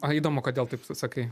o įdomu kodėl taip sakai